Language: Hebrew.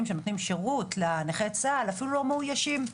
שנותנים שירות לנכי צה"ל אפילו לא מאוישים.